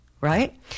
Right